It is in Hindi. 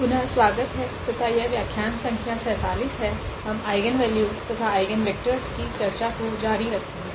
पुनः स्वागत है तथा यह व्याख्यान संख्या 47 है हम आइगनवेल्यूस तथा आइगनवेक्टरस की चर्चा को जारी रखेगे